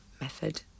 method